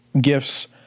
Gifts